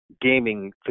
gaming